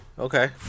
Okay